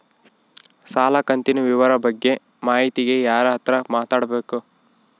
ಸಾಲ ಕಂತಿನ ವಿವರ ಬಗ್ಗೆ ಮಾಹಿತಿಗೆ ಯಾರ ಹತ್ರ ಮಾತಾಡಬೇಕು?